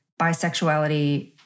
bisexuality